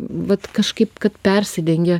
vat kažkaip kad persidengia